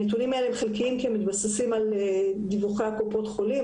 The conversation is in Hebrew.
הנתונים האלה חלקיים כי הם מתבססים על דיווחי קופות החולים,